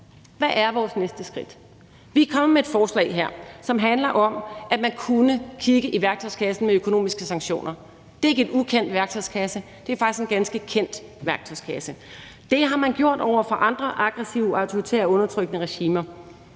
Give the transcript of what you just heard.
Hvad er vores næste skridt? Vi er kommet med et forslag her, som handler om, at man kunne kigge i værktøjskassen med økonomiske sanktioner. Det er ikke en ukendt værktøjskasse, det er faktisk en ganske kendt værktøjskasse. Det har man gjort over for andre aggressive autoritære og undertrykkende regimer.